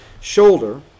shoulder